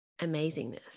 amazingness